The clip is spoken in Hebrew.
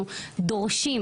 אנחנו דורשים